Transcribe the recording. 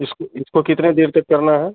यह इसको कितने देर तक करना है